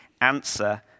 answer